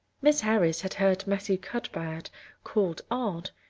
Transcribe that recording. miss harris had heard matthew cuthbert called odd.